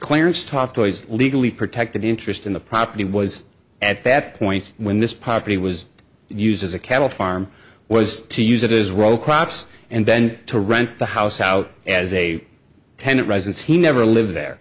clarence tof toys legally protected interest in the property was at that point when this property was used as a cattle farm was to use it as role crops and then to rent the house out as a tenant residence he never lived there